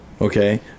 Okay